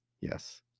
Yes